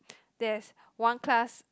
there's one class